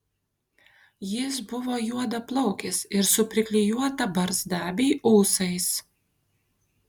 jis buvo juodaplaukis ir su priklijuota barzda bei ūsais